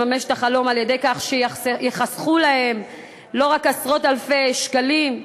לממש את החלום על-ידי כך שייחסכו להם לא רק עשרות אלפי שקלים,